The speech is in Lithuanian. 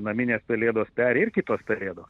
naminės pelėdos peri ir kitos pelėdos